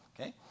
Okay